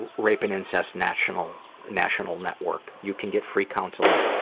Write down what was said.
rape and incest national national network. you can get free counseling,